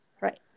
Right